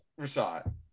rashad